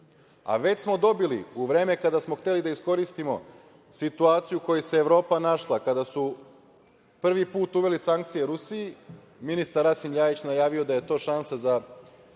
a već smo dobili u vreme kada smo hteli da iskoristimo situaciju u kojoj se Evropa našla kada su prvi put uveli sankcije Rusiji. Ministar Rasim Ljajić je najavio da je to šansa da